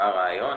מה הרעיון?